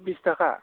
बिस थाखा